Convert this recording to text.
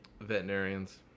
Veterinarians